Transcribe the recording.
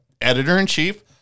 editor-in-chief